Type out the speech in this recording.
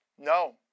No